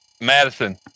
Madison